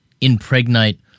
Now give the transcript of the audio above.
impregnate